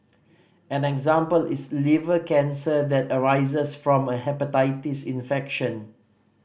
and an example is liver cancer that arises from a hepatitis infection